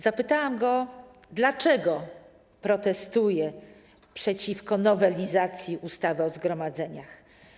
Zapytałam go, dlaczego protestuje przeciwko nowelizacji ustawy o zgromadzeniach.